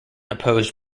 opposed